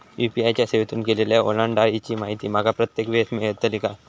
UPI च्या सेवेतून केलेल्या ओलांडाळीची माहिती माका प्रत्येक वेळेस मेलतळी काय?